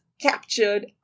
captured